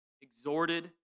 exhorted